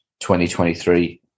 2023